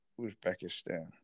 Uzbekistan